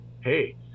hey